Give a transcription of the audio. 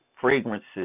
fragrances